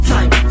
Time